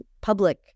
public